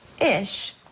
Ish